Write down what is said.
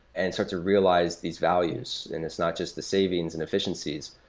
and start to realize these values. and it's not just the savings and efficiencies,